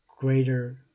greater